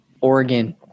Oregon